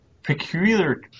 Peculiar